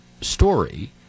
story